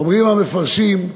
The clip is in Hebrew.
אומרים המפרשים: